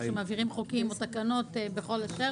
כשמעבירים חוקים או תקנות בכל אשר,